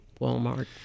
Walmart